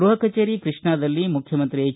ಗೃಹ ಕಚೇರಿ ಕೃಷ್ಣಾದಲ್ಲಿ ಮುಖ್ಯಮಂತ್ರಿ ಹೆಚ್